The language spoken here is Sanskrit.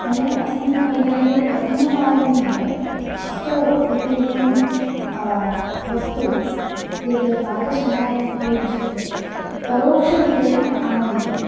मया अस्मिन् पर्याये प्रथमवारमेव स्टोव् इत्येकं वस्तु यत् पाकशालायाम् उपयुज्यते परोक्षरूपेण आनयितम्